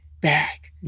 back